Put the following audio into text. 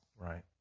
Right